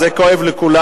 זה כואב לכולם.